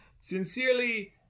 Sincerely